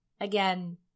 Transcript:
Again